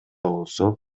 болсо